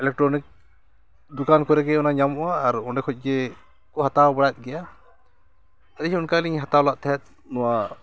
electronic ᱫᱚᱠᱟᱱ ᱠᱚᱨᱮ ᱜᱮ ᱚᱱᱟ ᱧᱟᱢᱚᱜᱼᱟ ᱟᱨ ᱚᱸᱰᱮ ᱠᱷᱚᱡ ᱜᱮᱠᱚ ᱦᱟᱛᱟᱣ ᱵᱟᱲᱟᱭᱮᱫ ᱜᱮᱭᱟ ᱟᱹᱞᱤᱧ ᱦᱚᱸ ᱚᱱᱠᱟᱞᱤᱧ ᱦᱟᱛᱟᱣ ᱞᱮᱫ ᱛᱟᱦᱮᱸᱫ ᱱᱚᱣᱟ